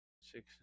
six